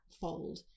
fold